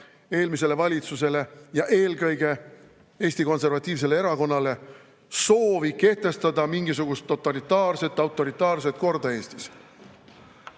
eelmisele valitsusele ja eelkõige Eesti Konservatiivsele Erakonnale soovi kehtestada mingisugust totalitaarset, autoritaarset korda Eestis.